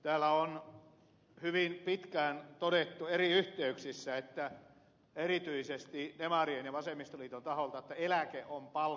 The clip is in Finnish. täällä on hyvin pitkään todettu eri yhteyksissä erityisesti demarien ja vasemmistoliiton taholta että eläke on palkan jatke